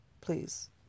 please